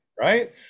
right